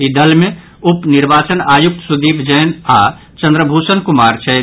ई दल मे उप निर्वाचन आयुक्त सुदीप जैन आओर चन्द्रभूषण कुमार छथि